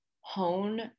hone